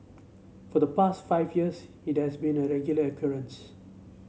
for the past five years it has been a regular occurrence